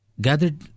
gathered